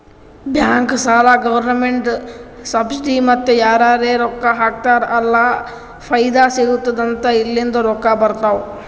bank, ಸಾಲ, government subsidy ಮತ್ತ ಯಾರರೇ ರೊಕ್ಕಾ ಹಾಕ್ತಾರ್ ಅಲ್ಲ ಫೈದಾ ಸಿಗತ್ತುದ್ ಅಂತ ಇಲ್ಲಿಂದ್ ರೊಕ್ಕಾ ಬರ್ತಾವ್